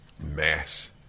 mass